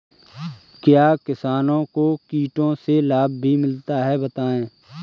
क्या किसानों को कीटों से लाभ भी मिलता है बताएँ?